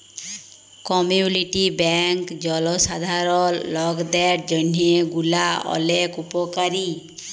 community bank জলসাধারল লকদের জন্হে গুলা ওলেক উপকারী